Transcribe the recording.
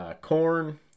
Corn